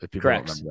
Correct